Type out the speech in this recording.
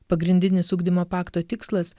pagrindinis ugdymo pakto tikslas